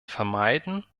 vermeiden